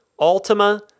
Altima